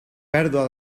pèrdua